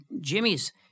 Jimmy's –